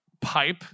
pipe